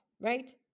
right